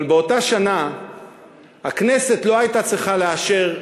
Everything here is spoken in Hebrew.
אבל באותה שנה הכנסת לא הייתה צריכה לאשר,